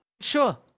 Sure